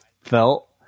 felt